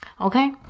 Okay